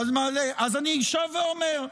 אני שב ואומר,